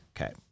Okay